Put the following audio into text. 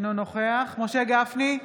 אינו נוכח משה גפני,